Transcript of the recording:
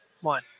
One